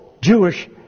Jewish